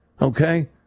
okay